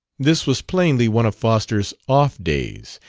this was plainly one of foster's off days.